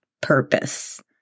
purpose